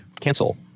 Cancel